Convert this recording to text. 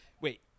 wait